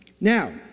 Now